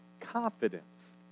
confidence